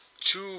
two